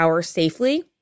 safely